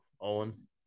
owen